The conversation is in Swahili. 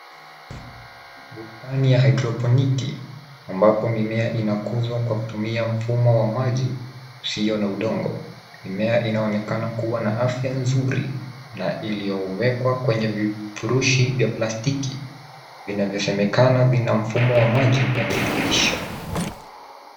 Bustani ya haidroponiki, ambapo mimea inakuzwa kwa kutumia mfumo wa maji, usio na udongo. Mimea inaonekana kuwa na afya nzuri na iliyowekwa kwenye vifurushi vya plastiki vinavyosemekana vina mfumo wa maji na virutubisho.